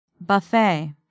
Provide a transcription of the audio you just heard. Buffet